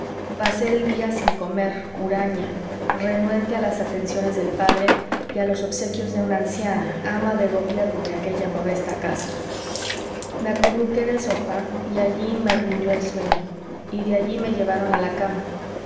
pasé el día sin comer huraña renuente a las atenciones del padre y a los obsequios de una anciana ama de gobierno de aquella modesta casa me acurruqué en el sofá y allí me rindió el sueño y de allí me llevaron a la cama